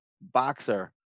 boxer